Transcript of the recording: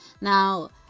now